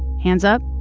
hands up.